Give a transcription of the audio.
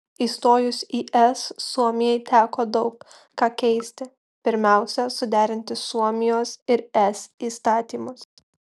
įstojus į es suomijai teko daug ką keisti pirmiausia suderinti suomijos ir es įstatymus